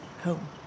home